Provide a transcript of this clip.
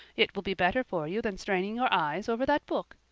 it will be better for you than straining your eyes over that book.